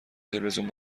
تلویزیون